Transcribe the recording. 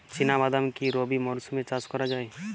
চিনা বাদাম কি রবি মরশুমে চাষ করা যায়?